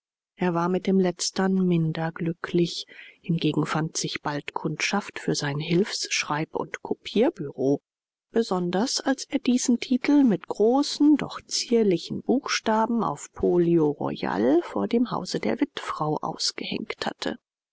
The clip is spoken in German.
er war mit dem letztern minder glücklich hingegen fand sich bald kundschaft für sein hilfs schreib und kopier büreau besonders als er diesen titel mit großen doch zierlichen buchstaben auf polio royal vor dem hause der wittfrau ausgehängt hatte